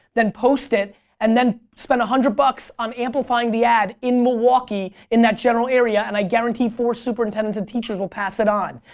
then post it and then spent one hundred bucks on amplifying the ad in milwaukee in that general area and i guarantee four superintendents and teachers will pass it on.